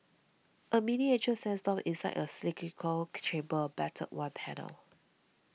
a miniature sandstorm inside a cylindrical chamber a battered one panel